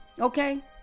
Okay